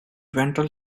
ventral